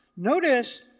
Notice